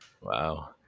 Wow